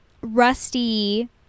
Rusty